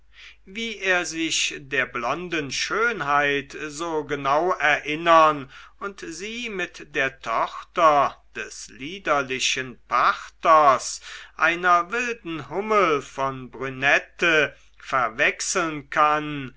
wie er sich der blonden schönheit so genau erinnern und sie mit der tochter des liederlichen pachters einer wilden hummel von brünette verwechseln kann